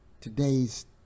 Today's